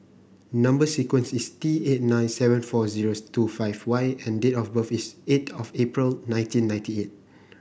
number sequence is T eight nine seven four zero two five Y and date of birth is eight of April nineteen ninety eight